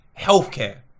healthcare